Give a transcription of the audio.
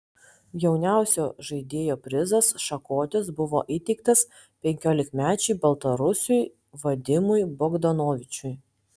jauniausio žaidėjo prizas šakotis buvo įteiktas penkiolikmečiui baltarusiui vadimui bogdanovičiui